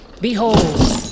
Behold